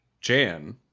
Jan